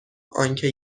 آنکه